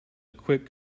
quick